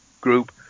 group